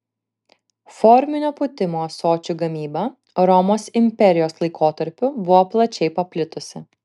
forminio pūtimo ąsočių gamyba romos imperijos laikotarpiu buvo plačiai paplitusi